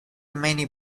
many